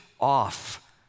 off